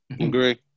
agree